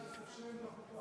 כסף שאין בקופה.